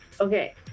Okay